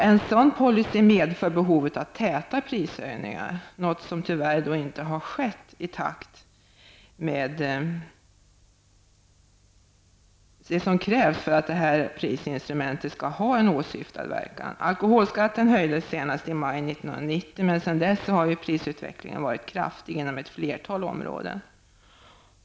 En sådan policy medför behov av täta prishöjningar, något som tyvärr inte har skett i den takt som krävs för att prisinstrumentet skulle ha åsyftad verkan. Alkoholskatten höjdes senast i maj 1990, men sedan dess har prisutvecklingen varit kraftig inom ett flertal områden.